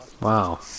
Wow